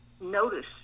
notice